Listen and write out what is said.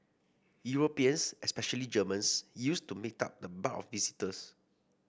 Europeans especially Germans used to make up the bulk of visitors